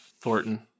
Thornton